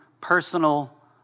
personal